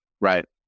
right